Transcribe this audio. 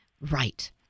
Right